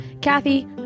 Kathy